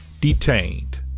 Detained